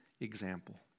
example